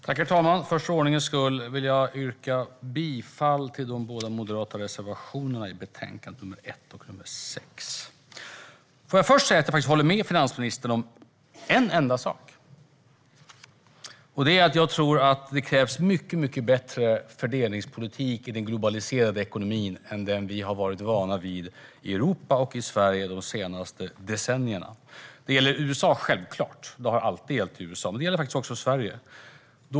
Herr talman! För ordningens skull vill jag yrka bifall till de moderata reservationerna 1 och 6 i utskottets betänkande. Jag vill först säga att jag faktiskt håller med finansministern om en enda sak, och det är att jag tror att det krävs en mycket bättre fördelningspolitik i den globaliserade ekonomin än den vi har varit vana vid i Europa och i Sverige de senaste decennierna. Det gäller USA, självklart. Det har alltid gällt i USA, men det gäller faktiskt också Sverige.